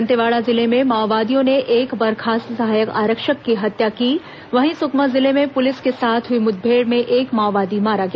दंतेवाड़ा जिले में माओवादियों ने एक बर्खास्त सहायक आरक्षक की हत्या की वहीं सुकमा जिले में पुलिस के साथ हुई मुठभेड़ में एक माओवादी मारा गया